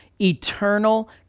eternal